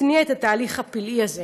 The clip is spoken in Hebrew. והתניע את התהליך הפלאי הזה,